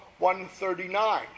139